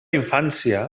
infància